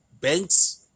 Banks